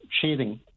cheating